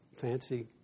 fancy